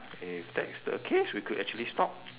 if that is the case we could actually stop